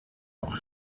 noch